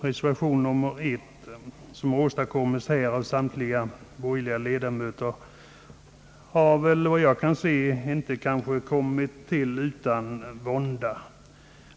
Reservation 1 har, vad jag kan se, inte kommit till utan vånda.